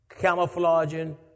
camouflaging